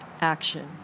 action